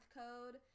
code